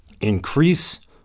increase